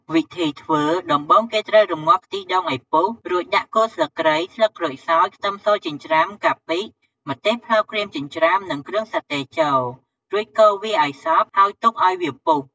វិធីធ្វើ ដំបូងគេត្រូវរម្ងាស់ខ្ទិះដូងឱ្យពុះ រួចដាក់គល់ស្លឹកគ្រៃ ស្លឹកក្រូចសើច ខ្ទឹមសចិញ្ច្រាំ កាពិ ម្ទេសប្លោកក្រៀមចិញ្ច្រាំ និងគ្រឿងសាតេចូល រួចកូរវាឱ្យសព្វ ហើយទុកឱ្យវាពុះ។